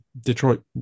Detroit